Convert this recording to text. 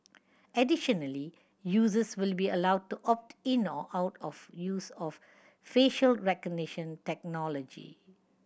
additionally users will be allowed to opt in or out of use of facial recognition technology